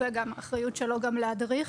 וגם אחריות שלו להדריך.